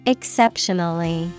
Exceptionally